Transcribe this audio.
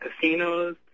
casinos